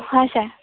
হয় ছাৰ